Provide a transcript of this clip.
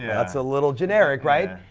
yeah that's a little generic, right?